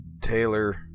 Taylor